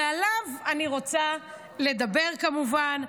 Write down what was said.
ועליו אני רוצה לדבר, כמובן,